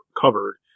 covered